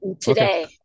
today